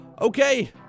Okay